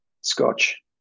Scotch